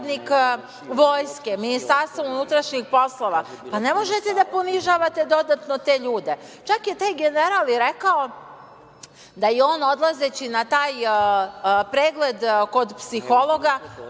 pripadnik Vojske, Ministarstva unutrašnjih poslova, pa ne možete da ponižavate dodatno te ljude. Čak je taj general i rekao da je on, odlazeći na taj pregled kod psihologa,